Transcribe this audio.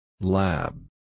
Lab